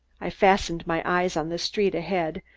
i fastened my eyes on the street ahead,